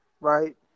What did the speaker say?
Right